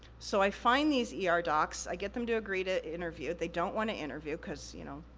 so, i find these yeah er docs, i get them to agree to interview, they don't wanna interview, cause you know,